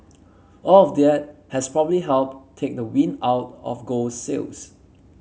all of there has probably helped take the wind out of gold sails